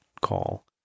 call